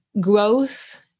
Growth